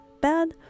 bad